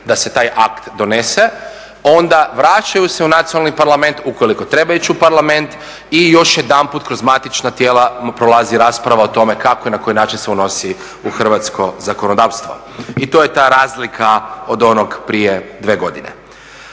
da se taj akt donese, onda vraćaju se u Nacionalni parlament ukoliko treba ići u Parlament i još jedanput kroz matična tijela prolazi rasprava o tome kako i na koji način se unosi u Hrvatsko zakonodavstvo. I to je ta razlika od onog prije dvije godine.